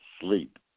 sleep